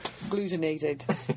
Glutenated